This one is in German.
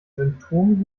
symptomen